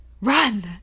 RUN